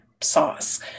sauce